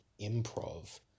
improv